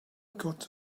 got